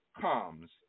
comes